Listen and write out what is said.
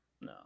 No